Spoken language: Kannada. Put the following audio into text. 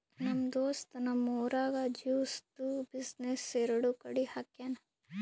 ನಮ್ ದೋಸ್ತ್ ನಮ್ ಊರಾಗ್ ಜ್ಯೂಸ್ದು ಬಿಸಿನ್ನೆಸ್ ಎರಡು ಕಡಿ ಹಾಕ್ಯಾನ್